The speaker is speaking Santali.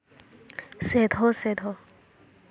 ᱥᱮᱫᱷᱚ ᱥᱮᱫᱷᱚ